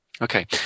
Okay